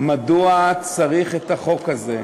מדוע צריך את החוק הזה.